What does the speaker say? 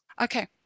Okay